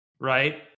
right